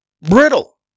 Brittle